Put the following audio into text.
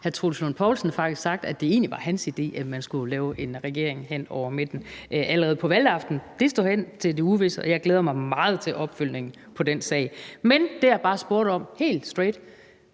hr. Troels Lund Poulsen faktisk sagt, at det egentlig var hans idé, at man skulle lave en regering hen over midten, allerede på valgaftenen. Det står hen i det uvisse, og jeg glæder mig meget til opfølgningen på den sag. Men det, jeg bare spurgte om helt straight,